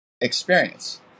experience